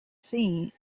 see